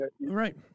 Right